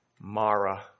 Mara